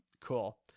Cool